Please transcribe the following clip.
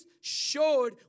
showed